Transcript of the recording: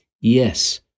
Yes